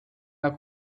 are